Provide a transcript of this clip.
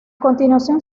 continuación